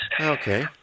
Okay